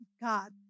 God